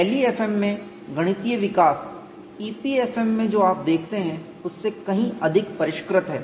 LEFM में गणितीय विकास EPFM में जो आप देखते हैं उससे कहीं अधिक परिष्कृत है